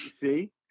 See